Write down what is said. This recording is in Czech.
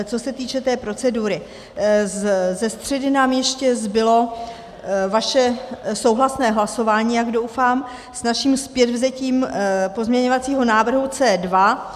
Co se týče procedury, ze středy nám ještě zbylo vaše souhlasné hlasování, jak doufám, s naším zpětvzetím pozměňovacího návrhu C2.